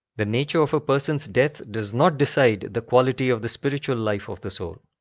the nature of a person's death does not decide the quality of the spiritual life of the soul.